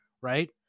right